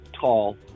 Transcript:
tall